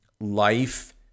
life